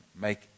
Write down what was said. make